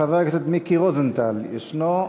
חבר הכנסת מיקי רוזנטל ישנו?